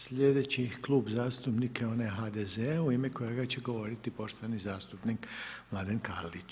Slijedeći Klub zastupnika je onaj HDZ-a u ime kojega će govoriti poštovani zastupnik Mladen Karlić.